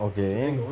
okay